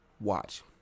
Watch